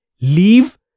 Leave